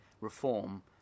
reform